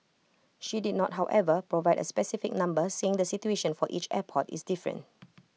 she did not however provide A specific number saying the situation for each airport is different